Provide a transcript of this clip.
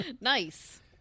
Nice